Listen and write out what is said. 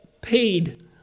paid